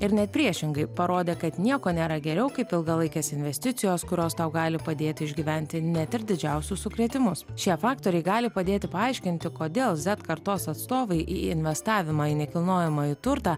ir net priešingai parodė kad nieko nėra geriau kaip ilgalaikės investicijos kurios tau gali padėti išgyventi net ir didžiausius sukrėtimus šie faktoriai gali padėti paaiškinti kodėl zet kartos atstovai į investavimą į nekilnojamąjį turtą